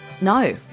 No